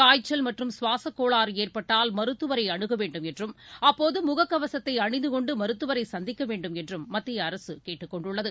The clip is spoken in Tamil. காய்ச்சல் மற்றும் சுவாசக் கோளாறு ஏற்பட்டால் மருத்துவரை அனுக வேண்டும் என்றும் அப்போது முகக்கவசத்தை அணிந்து கொண்டு மருத்துவரை சந்திக்க வேண்டுமென்றும் மத்திய அரசு கேட்டுக் கொண்டுள்ளது